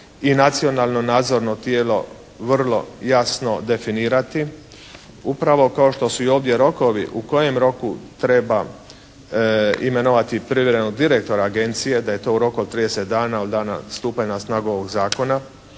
i nacionalno nadzorno tijelo vrlo jasno definirati upravo kao što su i ovdje rokovi u kojem roku treba imenovati privremenog direktora Agencije, da je to u roku od 30 dana od dana stupanja na snagu ovog zakona,